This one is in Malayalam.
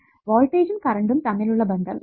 വോൾട്ടെജ്ജും കറണ്ടും തമ്മിലുള്ള ബന്ധം ഇതാണ്